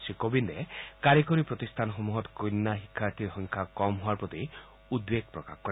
শ্ৰীকোবিন্দে কাৰিকৰী প্ৰতিষ্ঠানসমূহত কন্যা শিক্ষাৰ্থীৰ সংখ্যা কম হোৱাৰ প্ৰতি উদ্বেগ প্ৰকাশ কৰে